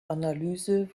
analyse